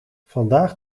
vandaag